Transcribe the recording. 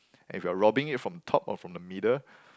if you're robbing it from top or from the middle